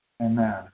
Amen